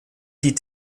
die